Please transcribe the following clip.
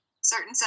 certain